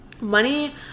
money